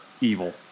evil